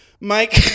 Mike